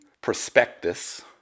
prospectus